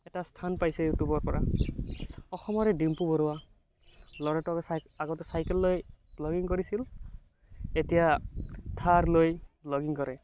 এটা স্থান পাইছে ইউটিউবৰ পৰা অসমৰে ডিম্পু বৰুৱা ল'ৰাটোৱে আগতে চাইকেল লৈ ব্লগিং কৰিছিল এতিয়া থাৰলৈ ব্লগিং কৰে